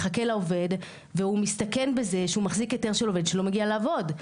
מחכה לעובד והוא מסתכן בזה שהוא מחזיק היתר של עובד שלא מגיע לעבוד.